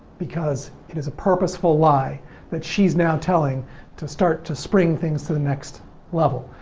because it is a purposeful lie that she's now telling to start, to spring things to the next level.